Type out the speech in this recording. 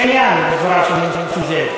יש עניין בדבריו של נסים זאב,